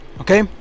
Okay